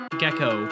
gecko